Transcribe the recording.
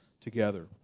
together